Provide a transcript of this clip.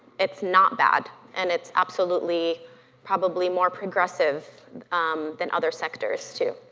it's not bad and it's absolutely probably more progressive than other sectors too.